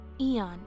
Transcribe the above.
Eon